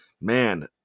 Man